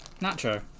Nacho